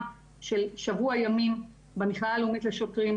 של שבוע ימים במכללה הלאומית לשוטרים,